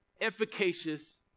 efficacious